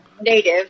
native